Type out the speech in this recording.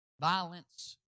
violence